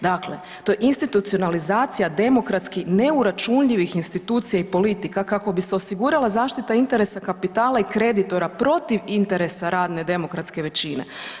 Dakle, to je institucionalizacija demokratski neuračunljivih institucija i politika kako bi se osigurala zaštita interesa kapitala i kreditora protiv interesa radne demokratske većine.